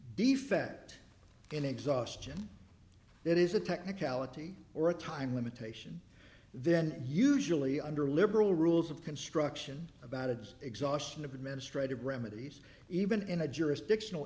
defect in exhaustion that is a technicality or a time limitation then usually under liberal rules of construction about of exhaustion of administrative remedies even in a jurisdictional